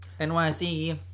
NYC